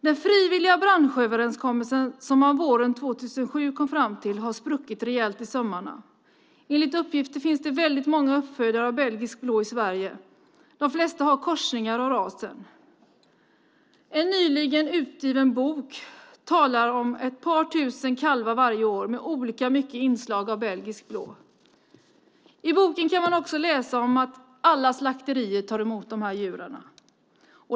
Den frivilliga branschöverenskommelsen, som man våren 2007 kom fram till, har spruckit rejält i sömmarna. Enligt uppgifter finns det många uppfödare av belgisk blå i Sverige. De flesta har korsningar av rasen. En nyligen utgiven bok talar om ett par tusen kalvar varje år med olika mycket inslag av belgisk blå. I boken kan man också läsa att alla slakterier tar emot de djuren.